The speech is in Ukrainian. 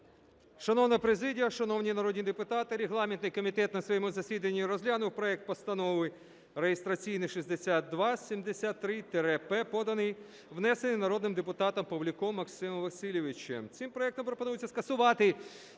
Шановна президія, шановні народні депутати! Регламентний комітет на своєму засіданні розглянув проект Постанови (реєстраційний 6273-П), поданий… внесений народним депутатом Павлюком Максимом Васильовичем. Цим проектом пропонується скасувати